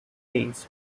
tastes